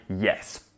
yes